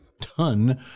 ton